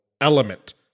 Element